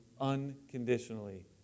unconditionally